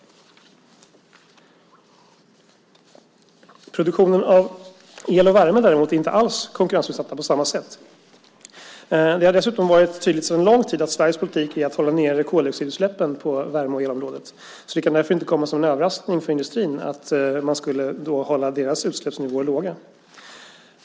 Produktionen av el och värme är däremot inte alls konkurrensutsatt på samma sätt. Det har dessutom varit tydligt sedan lång tid att Sveriges politik är att hålla nere koldioxidutsläppen på värme och elområdet. Det kan därför inte komma som en överraskning för industrin att man skulle hålla dess utsläppsnivåer låga.